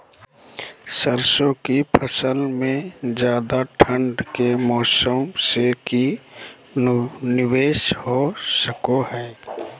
सरसों की फसल में ज्यादा ठंड के मौसम से की निवेस हो सको हय?